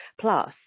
Plus